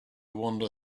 wander